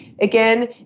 Again